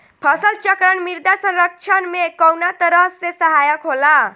फसल चक्रण मृदा संरक्षण में कउना तरह से सहायक होला?